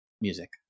music